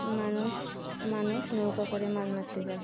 মানুষ মানুষ নৌকা করে মাছ মারতে যায়